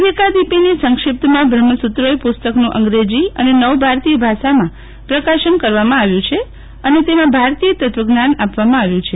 વિવેકાદીપીની સંક્ષિપ્તમાં બ્રહ્મસુત્રોએ પુસ્તકનું અંગ્રેજી અને નવ ભારતીય ભાષામાં પ્રકાશન કરવામાં આવ્યું છે અને તેમાં ભારતીય તત્વજ્ઞાન આપવામાં આવ્યું છે